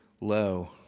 low